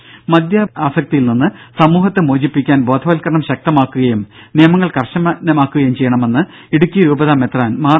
ദര മദ്യപാനാസക്തിയിൽ നിന്ന് സമൂഹത്തെ മോചിപ്പിക്കാൻ ബോധവൽക്കരണം ശക്തമാക്കുകയും നിയമങ്ങൾ കർശനമാക്കുകയും ചെയ്യണമെന്ന് ഇടുക്കി രൂപത മെത്രാൻ മാർ